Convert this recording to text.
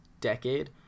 decade